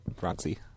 Roxy